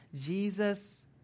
Jesus